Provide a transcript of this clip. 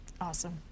Awesome